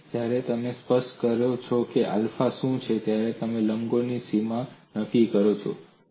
તેથી જ્યારે તમે સ્પષ્ટ કરો કે આલ્ફા શું છે તો તમે લંબગોળ છિદ્રની સીમા નક્કી કરો છો